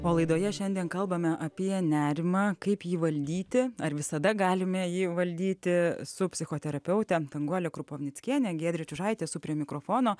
o laidoje šiandien kalbame apie nerimą kaip jį valdyti ar visada galime jį valdyti su psichoterapeutė danguolė krupovnickienė giedrė čiužaitė su prie mikrofono